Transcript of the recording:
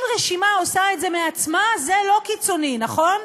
אם רשימה עושה את זה מעצמה, זה לא קיצוני, נכון?